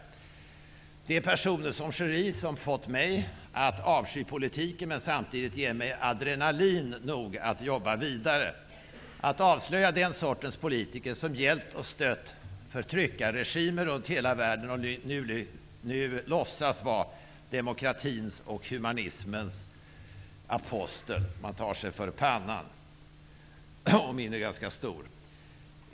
Jag lyckades till slut få in en replik i Det är personer som Schori som har fått mig att avsky politiken, men som samtidigt ger mig adrenalin nog att jobba vidare, att avslöja den sortens politiker som hjälpt och stött förtryckarregimer runt om i världen och nu låtsas vara demokratins och humanismens apostel. Man tar sig för pannan.